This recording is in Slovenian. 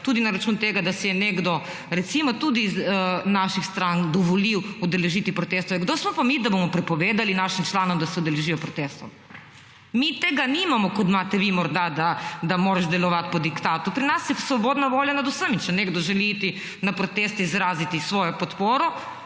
tudi na račun tega, da si je nekdo recimo tudi iz naših strank dovolil udeležiti protestov. Ja, kdo smo pa mi, da bomo prepovedali našim članom, da se udeležijo protestov? Mi tega nimamo, kot imate vi morda, da moraš delovati po diktatu, pri nas je svobodna volja nad vsemi. Če nekdo želi iti na protest izraziti svojo podporo,